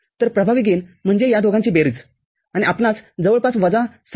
तर प्रभावी गेनम्हणजे या दोघांची बेरीज आणि आपणास जवळपास वजा ६